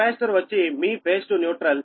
capacitor వచ్చి మీ phase to neutral